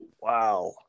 Wow